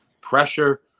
pressure